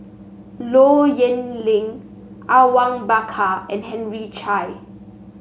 Low Yen Ling Awang Bakar and Henry Chia